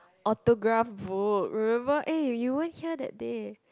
autograph book remember eh you weren't here that day